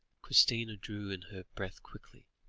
christina drew in her breath quickly,